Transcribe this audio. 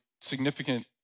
significant